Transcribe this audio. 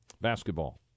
basketball